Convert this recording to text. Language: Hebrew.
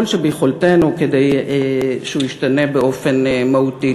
שביכולתנו כדי שהוא ישתנה באופן מהותי.